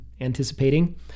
anticipating